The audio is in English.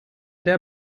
der